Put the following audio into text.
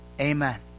Amen